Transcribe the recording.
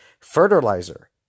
fertilizer